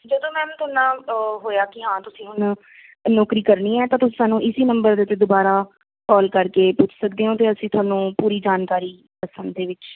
ਜਦੋਂ ਮੈਮ ਹੋਇਆ ਕਿ ਹਾਂ ਤੁਸੀਂ ਹੁਣ ਨੌਕਰੀ ਕਰਨੀ ਹੈ ਤਾਂ ਤੁਸੀਂ ਸਾਨੂੰ ਇਸ ਨੰਬਰ ਦੇ ਉੱਤੇ ਦੁਬਾਰਾ ਕੌਲ ਕਰਕੇ ਪੁੱਛ ਸਕਦੇ ਹੋ ਅਤੇ ਅਸੀਂ ਤੁਹਾਨੂੰ ਪੂਰੀ ਜਾਣਕਾਰੀ ਦੱਸਣ ਦੇ ਵਿੱਚ